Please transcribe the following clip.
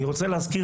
אני רוצה להזכיר